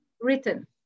written